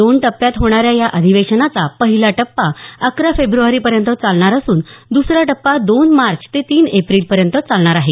दोन टप्प्यात होणाऱ्या या अधिवेशनाचा पहिला टप्पा अकरा फेब्रवारीपर्यंत चालणार असून द्रसरा टप्पा दोन मार्च ते तीन एप्रिलपर्यंत चालणार आहे